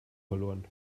verloren